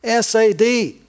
SAD